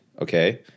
okay